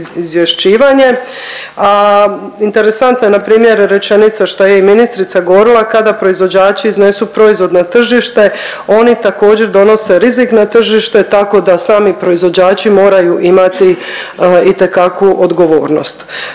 interesantna je na primjer rečenica što je i ministrica govorila kada proizvođači iznesu proizvod na tržište oni također donose rizik na tržište, tako da sami proizvođači moraju imati itekakvu odgovornost.